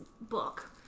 book